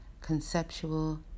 conceptual